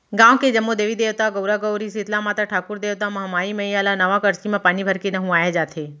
गाँव के जम्मो देवी देवता, गउरा गउरी, सीतला माता, ठाकुर देवता, महामाई मईया ल नवा करसी म पानी भरके नहुवाए जाथे